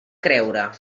creure